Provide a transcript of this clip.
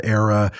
era